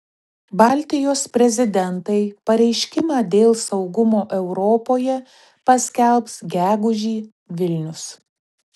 baltijos prezidentai pareiškimą dėl saugumo europoje paskelbs gegužį vilnius